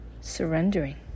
Surrendering